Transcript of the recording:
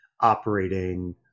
operating